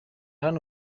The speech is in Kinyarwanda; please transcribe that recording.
hano